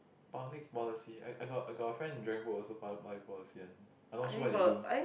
public policy I I got I got a friend in dragon boat also public public policy one but not sure what they do